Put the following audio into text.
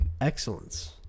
Excellence